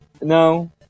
No